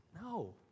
No